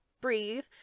breathe